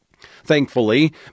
Thankfully